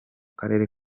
karere